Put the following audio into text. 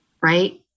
right